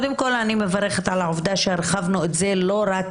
קודם כל,